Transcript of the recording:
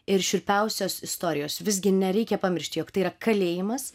ir šiurpiausios istorijos visgi nereikia pamiršti jog tai yra kalėjimas